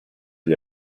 gli